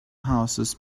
houses